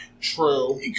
True